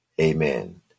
Amen